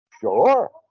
Sure